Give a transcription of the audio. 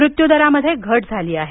मृत्यूदरात घट झाली आहे